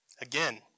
Again